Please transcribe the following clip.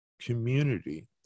community